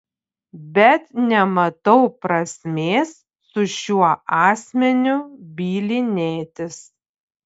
bet nematau prasmės su šiuo asmeniu bylinėtis